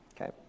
okay